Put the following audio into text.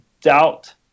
doubt